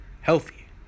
healthy